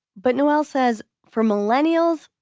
but noel says for millennials,